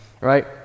right